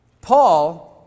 Paul